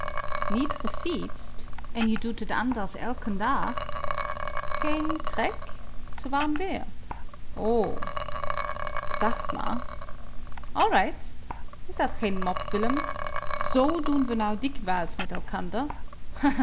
niet gefietst en je doet t anders eiken dag geen trek te warm weer o o k dacht maar allright is dat geen mop willem zoo doen we nou dikwijls met elkander